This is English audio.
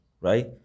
right